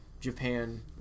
Japan